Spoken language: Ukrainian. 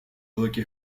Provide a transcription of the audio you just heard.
великі